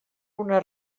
una